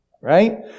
right